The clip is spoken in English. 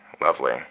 Lovely